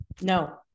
No